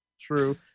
True